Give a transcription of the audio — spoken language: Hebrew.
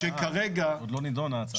היא עוד לא נידונה.